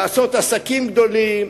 לעשות עסקים גדולים,